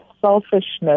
selfishness